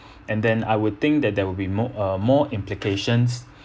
and then I would think that there will be more uh more implications